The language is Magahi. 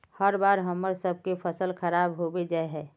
हर बार हम्मर सबके फसल खराब होबे जाए है?